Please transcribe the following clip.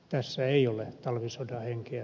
tässä ei ole talvisodan henkeä